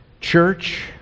church